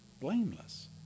Blameless